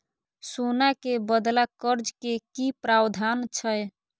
सोना के बदला कर्ज के कि प्रावधान छै?